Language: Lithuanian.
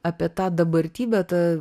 apie tą dabartybę tą